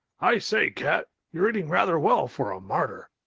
i say cat, you're eating rather well for a martyr.